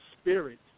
spirit